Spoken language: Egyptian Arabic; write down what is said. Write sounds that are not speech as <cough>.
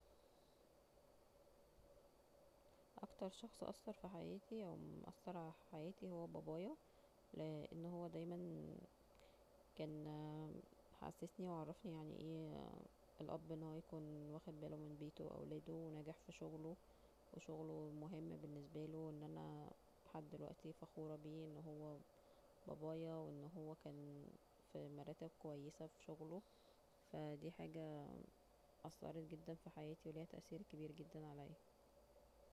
اكتر شخص أثر على حياتي أو مأثر على حياتي هو بابايا لأن هو دايما كان <hesitation> محسسني ومعرفني الاب يعني اي ان هو يبقا واخد باله من بيته واولاده وناجح في شغله وشغله مهم بالنسبالي وان أنا لحد دلوقتي فخورة بيه أن هو بابايا وان هو كان في مراتب كويسه في شغله دي حاجة اثرت جدا في حياتي وليها تأثير كبير جدا عليا